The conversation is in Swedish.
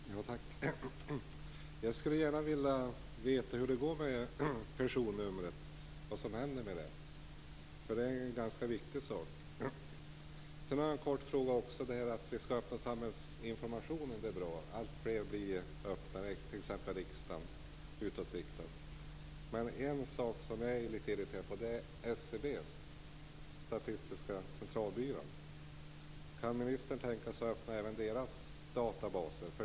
Herr talman! Jag skulle gärna vilja veta vad som händer med personnumret. Det är en ganska viktig sak. Jag har också en kort fråga som gäller att vi skall öppna samhällsinformationen. Det är bra. Alltfler blir öppnare och mer utåtriktade, t.ex. riksdagen. Men en sak som jag är litet irriterad på är SCB, Statistiska Centralbyrån. Kan ministern tänka sig att öppna även deras databaser?